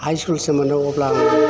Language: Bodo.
हाइस स्कुलसिम मोननांगौब्ला